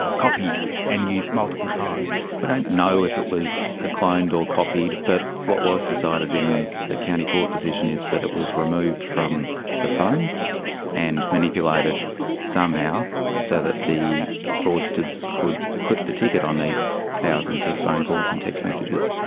ah copied and used multiple times. we don't know if it was ah cloned or copied, but what was decided in the county court decision is that it was removed from the phone and manipulated somehow so that the fraudsters so could clip the ticket on these thousands of phone calls and text messages.